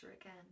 again